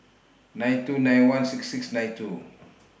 nine two nine one six six nine two